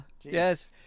Yes